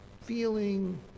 feeling